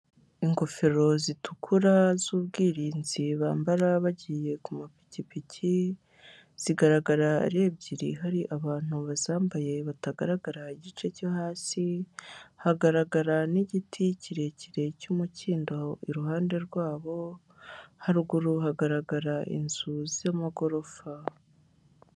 Ingofero zitukura z'ubwirinzi bambara bagiye ku mapikipiki, zigaragara ari ebyiri hari abantu bazambaye batagaragara igice cyo hasi, hagaragara n'igiti kirekire cy'umukindo iruhande rwabo, haruguru hagaragara inzu zamagorofa.